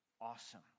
awesome